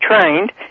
trained